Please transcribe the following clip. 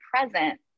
present